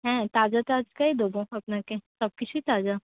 হ্যাঁ তাজা টাটকাই দেব আপনাকে সব কিছুই তাজা